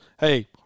hey